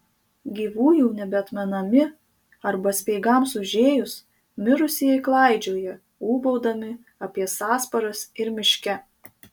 gyvųjų nebeatmenami arba speigams užėjus mirusieji klaidžioja ūbaudami apie sąsparas ir miške